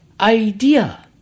idea